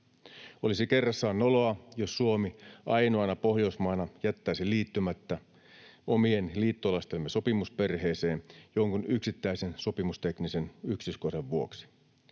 Olisi kerrassaan noloa, jos Suomi ainoana Pohjoismaana jättäisi liittymättä omien liittolaistemme sopimusperheeseen jonkun yksittäisen sopimusteknisen yksityiskohdan vuoksi.